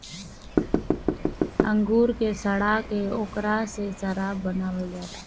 अंगूर के सड़ा के ओकरा से शराब बनावल जाला